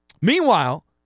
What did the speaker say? Meanwhile